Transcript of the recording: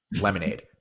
Lemonade